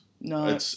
No